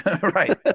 Right